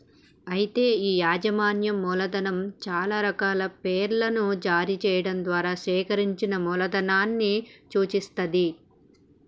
అయితే ఈ యాజమాన్యం మూలధనం చాలా రకాల పేర్లను జారీ చేయడం ద్వారా సేకరించిన మూలధనాన్ని సూచిత్తది